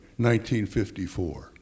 1954